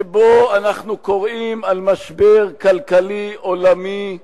שבו אנחנו קוראים על משבר כלכלי עולמי,